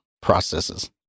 processes